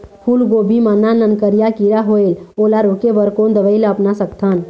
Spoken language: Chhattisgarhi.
फूलगोभी मा नान नान करिया किरा होयेल ओला रोके बर कोन दवई ला अपना सकथन?